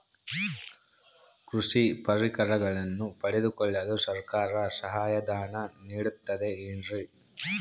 ಕೃಷಿ ಪರಿಕರಗಳನ್ನು ಪಡೆದುಕೊಳ್ಳಲು ಸರ್ಕಾರ ಸಹಾಯಧನ ನೇಡುತ್ತದೆ ಏನ್ರಿ?